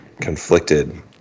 conflicted